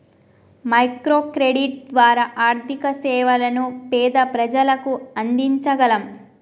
micro credit ద్వారా ఆర్థిక సేవలను పేద ప్రజలకు అందించగలం